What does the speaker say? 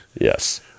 Yes